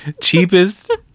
Cheapest